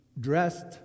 dressed